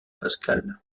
pascal